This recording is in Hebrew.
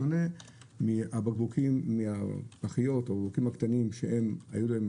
בשונה מהבקבוקים הקטנים והפחיות שהיו בהם